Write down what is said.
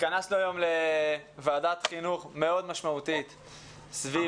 התכנסנו היום לוועדת חינוך מאוד משמעותית סביב,